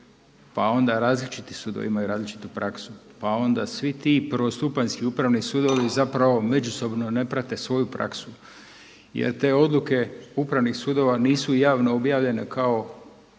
pa onda različiti sudovi imaju različitu praksu, pa onda svi ti prvostupanjski upravni sudovi zapravo međusobno ne prate svoju praksu jel te odluke upravnih sudova nisu javno objavljene kao